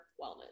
wellness